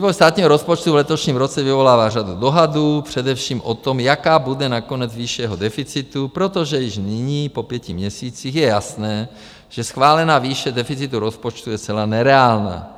Vývoj státního rozpočtu v letošním roce vyvolává řadu dohadů především o tom, jaká bude nakonec výše jeho deficitu, protože již nyní po pěti měsících je jasné, že schválená výše deficitu rozpočtu je zcela nereálná.